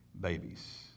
babies